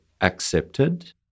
accepted